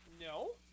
No